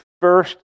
first